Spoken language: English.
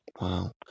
Wow